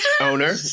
Owner